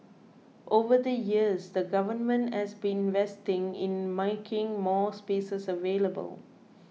over the years the Government has been investing in making more spaces available